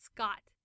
Scott